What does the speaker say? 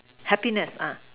happiness